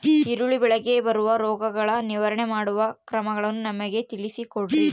ಈರುಳ್ಳಿ ಬೆಳೆಗೆ ಬರುವ ರೋಗಗಳ ನಿರ್ವಹಣೆ ಮಾಡುವ ಕ್ರಮಗಳನ್ನು ನಮಗೆ ತಿಳಿಸಿ ಕೊಡ್ರಿ?